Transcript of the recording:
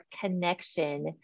connection